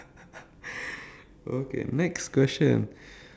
okay next question